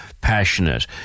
passionate